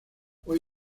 hoy